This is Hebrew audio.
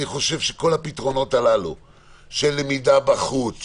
אני בעד כל הפתרונות של למידה בחוץ,